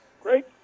Great